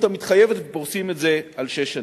המתחייבת ופורסים את זה על שש שנים.